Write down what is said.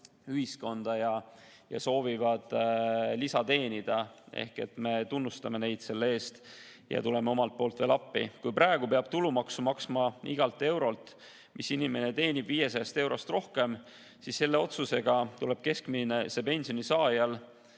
ühiskonda ja soovivad lisa teenida. Me tunnustame neid selle eest ja tuleme omalt poolt veel appi. Kui praegu peab tulumaksu maksma igalt eurolt, mille inimene teenib üle 500 euro, siis selle otsusega tuleb keskmise pensioni saajal